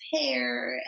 hair